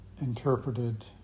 interpreted